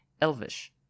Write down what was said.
elvish